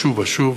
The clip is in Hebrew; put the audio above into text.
ושוב ושוב.